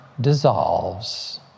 dissolves